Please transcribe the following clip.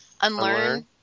Unlearn